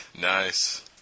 Nice